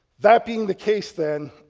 that being the case then,